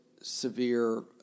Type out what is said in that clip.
severe